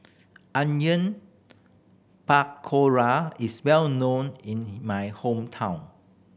Onion Pakora is well known in my hometown